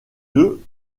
deux